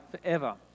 forever